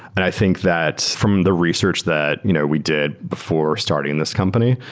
and i think that from the research that you know we did before starting this company,